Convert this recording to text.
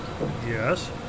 Yes